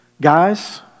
Guys